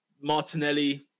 Martinelli